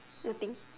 nothing